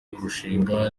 kurushinga